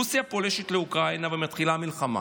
רוסיה פולשת לאוקראינה ומתחילה מלחמה.